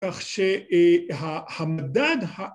‫כך שהמדען ה...